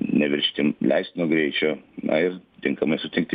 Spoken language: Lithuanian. neviršyti leistino greičio na ir tinkamai sutikti